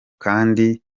kandi